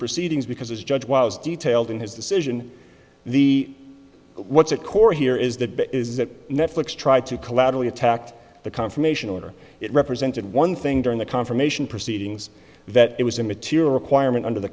proceedings because as judge was detailed in his decision the what's at core here is that is that netflix tried to collaterally attacked the confirmation order it represented one thing during the confirmation proceedings that it was immaterial requirement under the